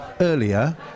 earlier